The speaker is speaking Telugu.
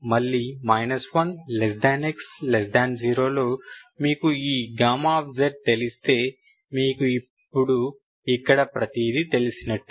మళ్ళీ 1x0 లో మీకు ఈ z తెలిస్తే మీకు ఇప్పుడు ఇక్కడ ప్రతిదీ తెలిసినట్టే